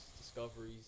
discoveries